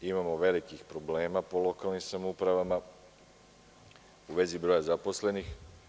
Imamo velikih problema po lokalnim samoupravama u vezi broja zaposlenih.